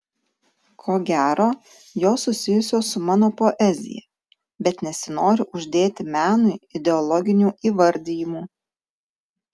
ko gero jos susijusios su mano poezija bet nesinori uždėti menui ideologinių įvardijimų